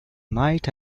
night